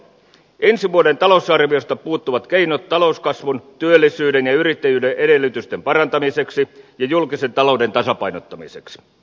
ensi vuoden talousarviosta puuttuvat keinot talouskasvun työllisyyden ja yrittäjyyden edellytysten parantamiseksi ja julkisen talouden tasapainottamiseksi